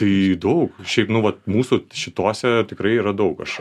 tai daug šiaip nu vat mūsų šitose tikrai yra daug aš